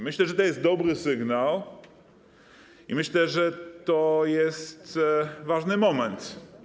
Myślę, że to jest dobry sygnał, i myślę, że to jest ważny moment.